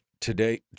Today